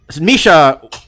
Misha